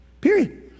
period